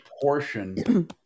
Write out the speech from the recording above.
portion